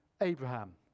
Abraham